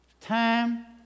time